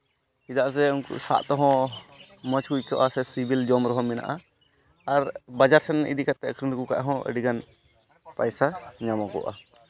ᱪᱮᱫᱟᱜ ᱥᱮ ᱥᱟᱵ ᱛᱮᱦᱚᱸ ᱢᱚᱡᱽ ᱠᱚ ᱟᱹᱭᱠᱟᱹᱣᱟ ᱥᱮ ᱥᱤᱵᱤᱞ ᱡᱚᱢ ᱨᱮᱦᱚᱸ ᱢᱮᱱᱟᱜᱼᱟ ᱟᱨ ᱵᱟᱡᱟᱨ ᱥᱮᱱ ᱤᱫᱤ ᱠᱟᱛᱮᱫ ᱟᱹᱠᱷᱨᱤᱧ ᱞᱮᱠᱚ ᱠᱷᱟᱱ ᱦᱚᱸ ᱟᱹᱰᱤᱜᱟᱱ ᱯᱚᱭᱥᱟ ᱧᱟᱢᱚᱜᱚᱜᱼᱟ